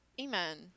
Amen